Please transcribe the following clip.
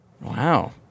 Wow